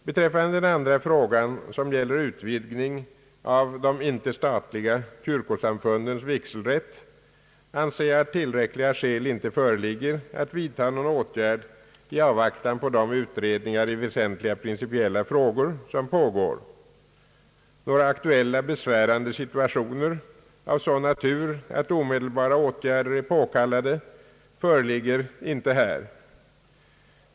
Beträffande den andra frågan, som gäller utvidgning av de icke-statliga kyrkosamfundens vigselrätt, anser jag att tillräckliga skäl inte föreligger att vidta någon åtgärd i avvaktan på de utredningar i väsentliga principiella frågor som pågår. Några aktuella besvärande situationer av sådan natur att omedelbara åtgärder är påkallade föreligger inte här.